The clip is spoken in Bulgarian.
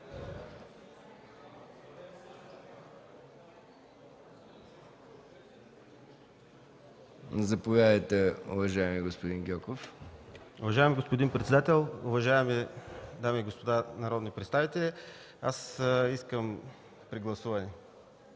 Заповядайте, уважаеми господин Гьоков. ГЕОРГИ ГЬОКОВ (КБ): Уважаеми господин председател, уважаеми дами и господа народни представители, аз искам прегласуване.